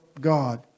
God